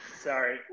Sorry